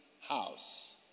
house